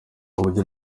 uburyo